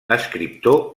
escriptor